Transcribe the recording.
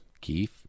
Keith